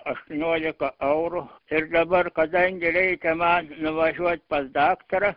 aštuoniolika eurų ir dabar kadangi reikia man nuvažiuot pas daktarą